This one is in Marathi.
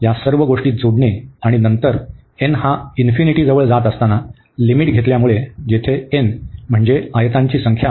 या सर्व गोष्टी जोडणे आणि नंतर n हा इन्फिनिटीजवळ जात असताना लिमिट घेतल्यामुळे जेथे n म्हणजे आयतांची संख्या आहे